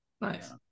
nice